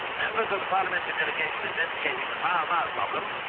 members of the parliamentary delegation investing the mau mau problem,